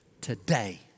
today